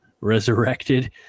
resurrected